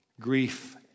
grief